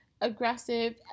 aggressive